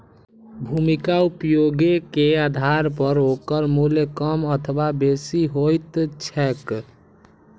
भूमिक उपयोगे के आधार पर ओकर मूल्य कम अथवा बेसी होइत छैक